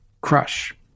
Crush